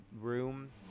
room